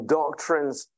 doctrines